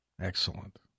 Excellent